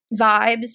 vibes